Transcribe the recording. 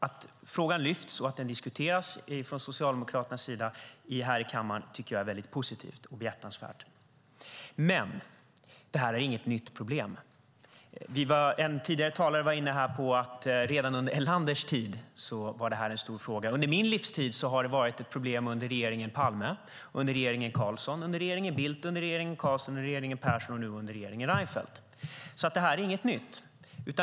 Att frågan lyfts upp i kammaren och diskuteras från Socialdemokraternas sida tycker jag är mycket positivt och behjärtansvärt. Men det är inget nytt problem. En tidigare talare var inne på att redan under Erlanders tid var det en stor fråga. Under min livstid har det varit ett problem under regeringen Palme, regeringen Carlsson, regeringen Bildt, regeringen Carlsson, regeringen Persson och nu under regeringen Reinfeldt. Det är alltså ingenting nytt.